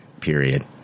period